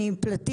אני עם פלטינות,